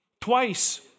twice